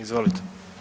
Izvolite.